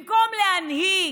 במקום להנהיג,